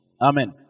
Amen